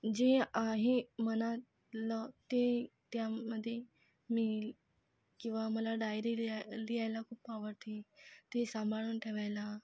जे आहे मनातलं ते त्यामधे मी किंवा मला डायरी लिहाय लिहायला खूप आवडते ती सांभाळून ठेवायला